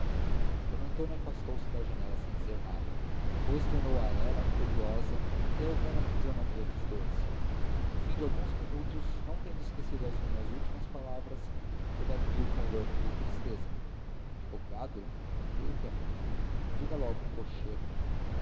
d antônia afastou-se da janela sem dizer nada depois tornou a ela curiosa interrogando a fisionomia dos dous no fim de alguns minutos não tendo esquecido as minhas últimas palavras redargüiu com ironia e tristeza advogado creio que é muito diga logo cocheiro